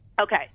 Okay